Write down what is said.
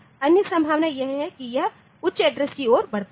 अन्य संभावना यह है कि यह उच्च एड्रेस की ओर बढ़ता है